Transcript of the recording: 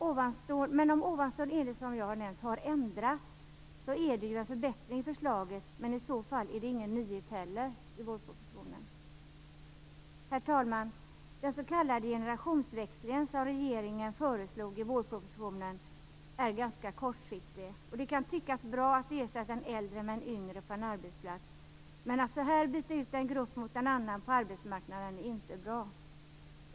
Om detta har ändrats innebär det en förbättring i förslaget, men i så fall är det inte heller någon nyhet i vårpropositionen. Herr talman! Den s.k. generationsväxlingen, som regeringen föreslog i vårpropositionen, är ganska kortsiktig. Det kan tyckas bra att ersätta en äldre med en yngre på en arbetsplats. Men att så här byta ut en grupp mot en annan på arbetsmarknaden är inte bra.